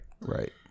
Right